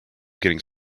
getting